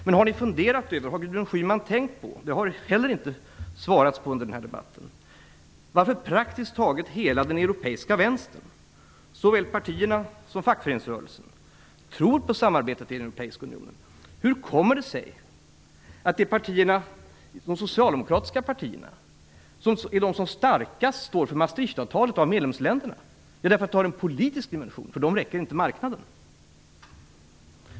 Men har Gudrun Schyman tänkt på varför praktiskt taget hela den europeiska vänstern, såväl partierna som fackföreningsrörelsen, tror på samarbetet i den europeiska unionen? Det har man heller inte svarat på i den här debatten. Hur kommer det sig att medlemsländernas socialdemokratiska partier är de som starkast står för Maastrichtavtalet? Jo, därför att det har en politisk dimension. För dem räcker inte marknaden.